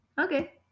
Okay